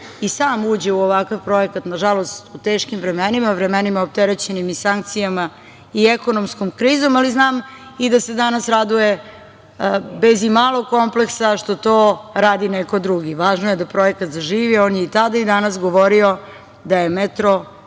i sam uđe u ovakva projekat, nažalost u teškim vremenima, vremenima opterećenim i sankcijama, i ekonomskom krizom, ali znam i da se danas raduje bez imalo kompleksa što to radi neko drugi. Važno je da projekat zaživi, a on je i tada, a i danas govorio da je metro